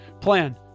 Plan